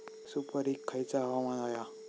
सुपरिक खयचा हवामान होया?